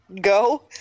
Go